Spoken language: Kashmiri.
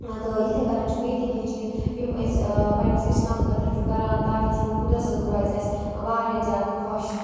تہٕ یِتھَے کَنۍ چھِ بیٚیہِ تہِ کینٛہہ چیٖز یِم أسۍ پنٛنِس اِسلام خٲطرٕ چھُ کَران تاکہِ سون خُدا صٲب روزِ اَسہِ واریاہ زیادٕ خۄش